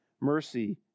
mercy